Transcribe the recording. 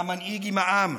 והמנהיג, עם העם.